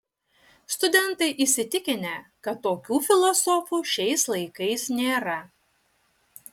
studentai įsitikinę kad tokių filosofų šiais laikais nėra